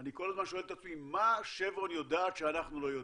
אני כל הזמן שואל את עצמי מה שברון יודעת שאנחנו לא יודעים.